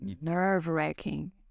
nerve-wracking